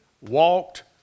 walked